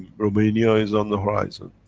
romania is on the horizon.